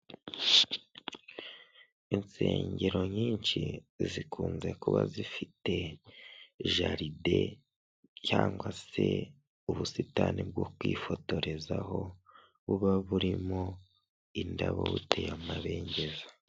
Amafaranga y'amadorari azinze mu mifungo akaba ari imifungo itandatu iyi mifungo uyibonye yaguhindurira ubuzima rwose kuko amadolari ni amafaranga menshi cyane kandi avunjwa amafaranga menshi uyashyize mumanyarwanda rero uwayaguha wahita ugira ubuzima bwiza.